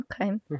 Okay